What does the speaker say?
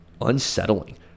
unsettling